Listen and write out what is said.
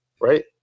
right